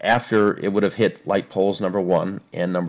after it would have hit light poles number one and number